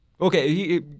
Okay